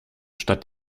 statt